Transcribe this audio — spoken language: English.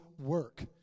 work